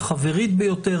החברית ביותר,